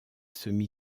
semi